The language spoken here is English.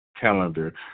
calendar